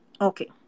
Okay